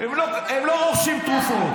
הם לא רוכשים תרופות.